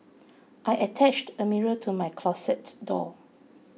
I attached a mirror to my closet door